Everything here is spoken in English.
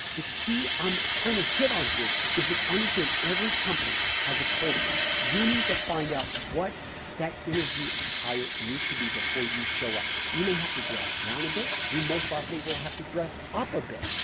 the key i'm trying to hit on here is that understand every company has a culture. you need to find out what that interview attire needs to be before you show up. you may have to dress down a bit, you most likely will have to dress up a bit,